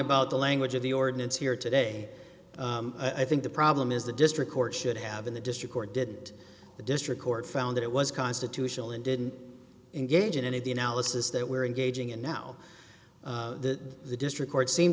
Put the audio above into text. about the language of the ordinance here today i think the problem is the district court should have been the district court did the district court found that it was constitutional and didn't engage in any of the analysis that we're engaging in now that the district court seem